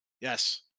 Yes